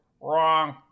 Wrong